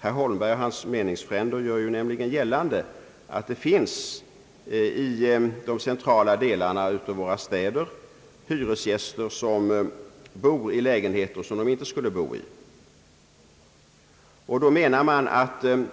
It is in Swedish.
Herr Holmberg och hans meningsfränder gör nämligen gällande att det i de centrala delarna av våra städer finns hyresgäster som bor i lägenheter som de inte borde bo i. Det anses att om